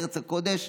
ארץ הקודש,